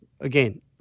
again